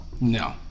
No